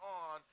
on